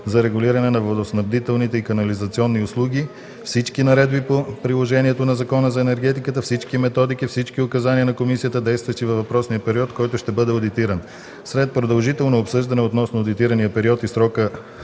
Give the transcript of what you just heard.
за регулиране на водоснабдителните и канализационни услуги, всички наредби по приложението на Закона за енергетиката, всички методики, всички указания на Комисията, действащи във въпросния период, който ще бъде одитиран. След продължително обсъждане относно одитирания период и срока